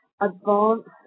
advanced